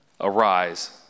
Arise